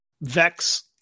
Vex